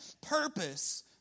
purpose